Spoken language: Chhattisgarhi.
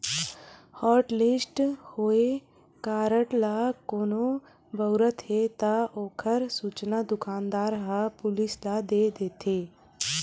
हॉटलिस्ट होए कारड ल कोनो बउरत हे त ओखर सूचना दुकानदार ह पुलिस ल दे देथे